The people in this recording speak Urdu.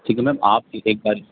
ٹھیک ہے میم آپ ایک بار